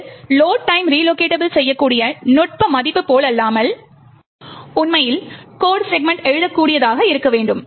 இது load time relocatable செய்யக்கூடிய நுட்ப மதிப்பு போலல்லாமல் உண்மையில் கோட் செக்மெண்ட் எழுதக்கூடியதாக இருக்க வேண்டும்